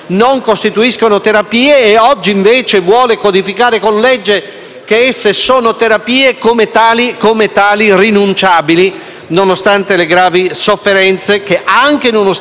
che esse sono terapie e come tali rinunciabili, nonostante le gravi sofferenze che, anche in uno stato di sedazione profonda, ragionevolmente comportano per la persona.